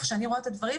איך שאני רואה את הדברים,